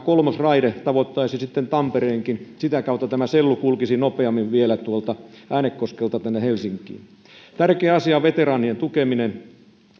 kolmosraide tavoittaisi sitten tampereenkin sitä kautta sellu kulkisi nopeammin vielä äänekoskelta tänne helsinkiin tärkeä asia on veteraanien tukeminen